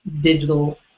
digital